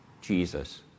Jesus